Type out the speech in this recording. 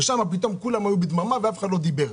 ושם פתאום כולם היו בדממה ואף אחד לא דיבר.